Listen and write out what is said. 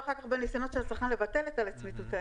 אחר כך בניסיונות של הצרכן לבטל את הצמיתות.